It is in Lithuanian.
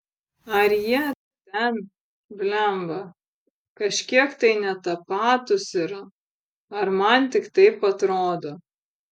ar jie ten blemba kažkiek tai ne tapatūs yra ar man tik taip atrodo